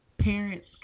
parents